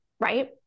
right